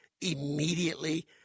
immediately